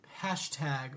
hashtag